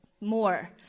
more